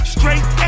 Straight